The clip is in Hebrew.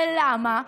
ולמה?